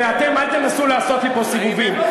ואתם אל תנסו לעשות לי פה סיבובים.